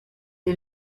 est